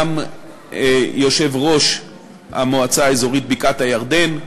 יושב-ראש המועצה האזורית בקעת-הירדן,